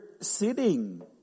sitting